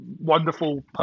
wonderful